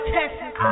Texas